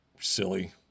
silly